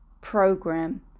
program